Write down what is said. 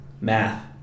Math